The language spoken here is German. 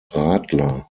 radler